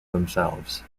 themselves